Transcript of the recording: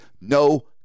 no